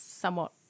somewhat